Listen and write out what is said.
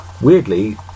weirdly